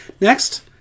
Next